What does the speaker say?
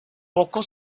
poco